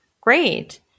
Great